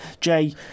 Jay